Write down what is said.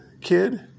kid